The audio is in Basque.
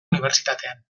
unibertsitatean